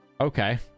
Okay